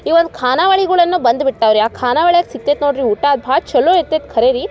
ಈ ಒಂದು ಖಾನಾವಳಿಗಳೂ ಬಂದು ಬಿಟ್ಟಿವ್ ರೀ ಆ ಖಾನಾವಳ್ಯಾಗೆ ಸಿಗ್ತೈತೆ ನೋಡಿರಿ ಊಟ ಅದು ಭಾಳ ಚೊಲೋ ಇರ್ತೈತೆ ಕರೆ ರೀ